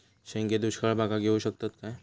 शेंगे दुष्काळ भागाक येऊ शकतत काय?